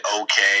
okay